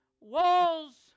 walls